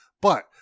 But-